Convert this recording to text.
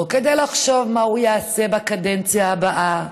לא כדי לחשוב מהו יעשה בקדנציה הבאה